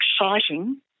exciting